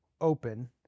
open